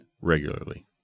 regularly